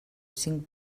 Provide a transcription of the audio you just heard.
cinc